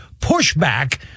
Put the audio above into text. pushback